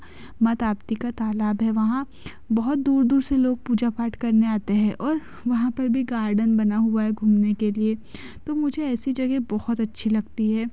माँ ताप्ती का तालाब है वहाँ बहुत दूर दूर से लोग पूजा पाठ करने आते हैं और वहाँ पर भी गार्डन बना हुआ है घूमने के लिए तो मुझे ऐसी जगह बहुत अच्छी लगता है